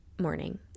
morning